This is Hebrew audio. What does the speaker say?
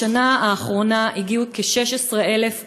בשנה האחרונה הגיעו כ-16,000 אוקראינים,